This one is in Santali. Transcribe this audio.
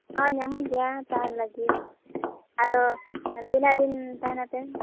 ᱦᱳᱭ ᱧᱟᱢᱚᱜ ᱜᱮᱭᱟ ᱛᱟᱦᱮᱱ ᱞᱟᱹᱜᱤᱫ ᱟᱫᱚ ᱛᱤᱱᱟᱹᱜᱫᱤᱱ ᱛᱟᱦᱮᱱᱟᱯᱮ